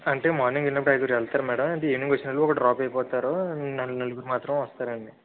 అంటే మార్నింగ్ వెళ్ళినప్పుడు ఐదుగురు వెళ్తారు మేడం ఈవినింగ్ వచ్చినప్పుడు ఒకరు డ్రాప్ అయిపోతారు నలుగురు నలుగురు మాత్రం వస్తారండి